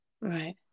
right